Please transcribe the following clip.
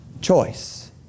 choice